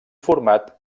format